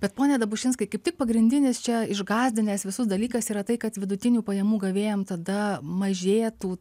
bet pone dabušinskai kaip tik pagrindinis čia išgąsdinęs visus dalykas yra tai kad vidutinių pajamų gavėjam tada mažėtų